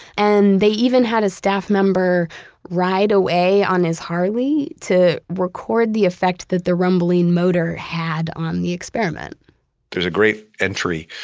and they even had a staff member ride away on his harley to record the effect that the rumbling motor had on the experiment there's a great entry